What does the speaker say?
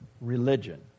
religion